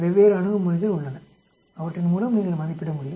வெவ்வேறு அணுகுமுறைகள் உள்ளன அவற்றின் மூலம் நீங்கள் மதிப்பிட முடியும்